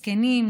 זקנים,